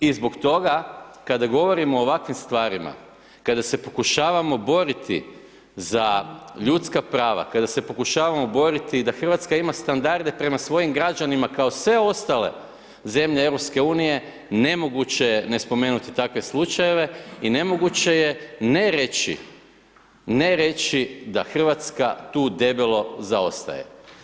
I zbog toga kada govorimo o ovakvim stvarima kada se pokušavamo boriti za ljudske prava, kada se pokušavamo boriti da Hrvatska ima standarde prema svojim građanima kao sve ostale zemlje EU, nemoguće je ne spomenuti takve slučajeve i nemoguće je ne reći da Hrvatska tu debelo zaostaje.